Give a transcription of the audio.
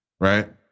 right